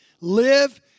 live